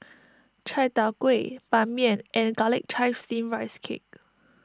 Chai Tow Kuay Ban Mian and Garlic Chives Steamed Rice Cake